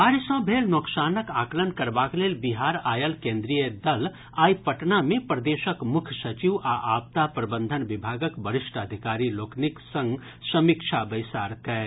बाढ़ि सँ भेल नोकसानक आकलन करबाक लेल बिहार आयल केन्द्रीय दल आइ पटना मे प्रदेशक मुख्य सचिव आ आपदा प्रबंधन विभागक वरिष्ठ अधिकारी लोकनिक संग समीक्षा बैसार कयल